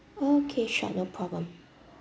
okay sure no problem